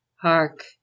Hark